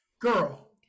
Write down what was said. girl